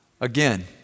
again